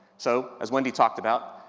so, as wendy talked about,